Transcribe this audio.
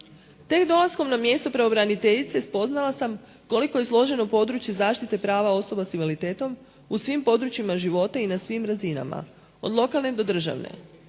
Tek dolaskom na mjesto pravobraniteljice spoznala sam koliko je složeno područje zaštite prava osoba s invaliditetom u svim područjima života i na svim razinama, od lokalne do državne.